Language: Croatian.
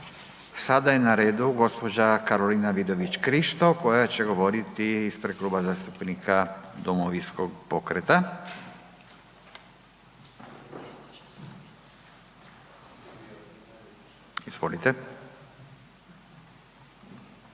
Sada je na redu gospođa Karolina Vidović Krišto koja će govoriti ispred Kluba zastupnika Domovinskog pokreta. Izvolite.